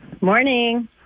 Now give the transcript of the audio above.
Morning